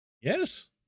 Yes